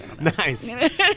nice